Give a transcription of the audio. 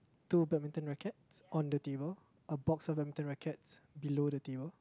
two badminton rackets on the table a box of badminton rackets below the table